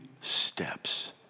steps